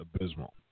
abysmal